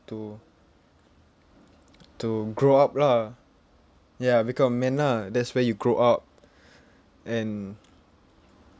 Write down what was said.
to to grow up lah ya become men ah that's where you grow up and